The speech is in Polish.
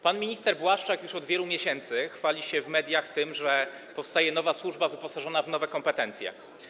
Pan minister Błaszczak już od wielu miesięcy chwali się w mediach tym, że powstaje nowa służba wyposażona w nowe kompetencje.